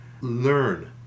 learn